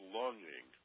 longing